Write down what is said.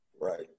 Right